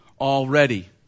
already